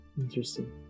Interesting